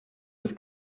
with